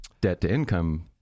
debt-to-income